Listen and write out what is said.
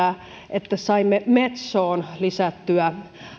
että saimme metsoon lisättyjä